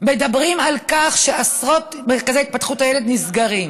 מדברים על כך שעשרות מרכזי התפתחות הילד נסגרים,